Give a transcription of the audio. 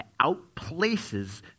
outplaces